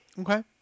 Okay